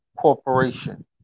corporation